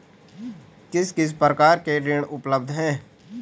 किस किस प्रकार के ऋण उपलब्ध हैं?